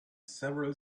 several